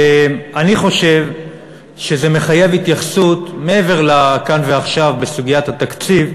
ואני חושב שזה מחייב התייחסות מעבר לכאן ועכשיו בסוגיית התקציב,